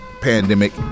pandemic